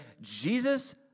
Jesus